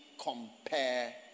compare